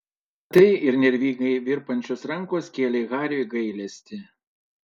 visa tai ir nervingai virpančios rankos kėlė hariui gailestį